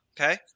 Okay